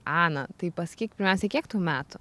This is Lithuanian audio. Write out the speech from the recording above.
ana tai pasakyk pirmiausiai kiek tau metų